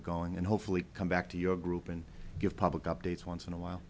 it going and hopefully come back to your group and give public updates once in a while